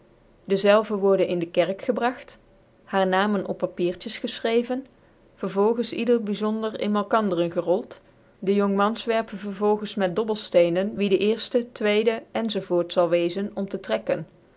dezelve worden in de kerk gebragt hare namen op papiertjes efehreven vervolgens ieder byzondcr in malk an deren gerold dc jongmans werpen vervolgens met dobbclfteencn wie dceerftc tweede enz zal weezen om te trekken